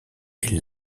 est